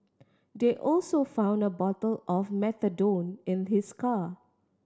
they also found a bottle of methadone in his car